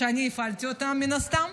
שאני הפעלתי אותם מן הסתם,